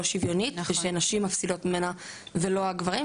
שוויונית ושנשים מפסידות ממנה ולא הגברים,